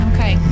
Okay